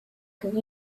could